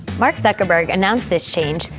mark zuckerberg announced this change,